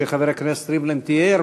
שחבר הכנסת ריבלין תיאר,